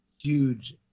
huge